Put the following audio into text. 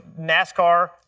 NASCAR